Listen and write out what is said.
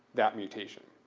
that mutation.